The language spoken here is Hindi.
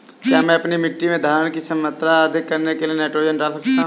क्या मैं अपनी मिट्टी में धारण की मात्रा अधिक करने के लिए नाइट्रोजन डाल सकता हूँ?